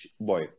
boy